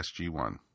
SG-1